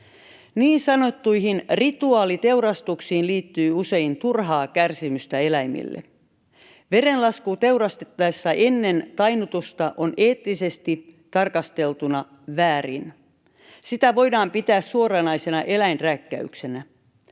Niin sanottuihin rituaaliteurastuksiin liittyy usein turhaa kärsimystä eläimille. Verenlasku teurastettaessa ennen tainnutusta on eettisesti tarkasteltuna väärin. Sitä voidaan pitää suoranaisena eläinrääkkäyksenä.